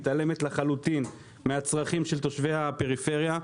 מתעלמת לחלוטין מהצרכים של תושבי הפריפריה.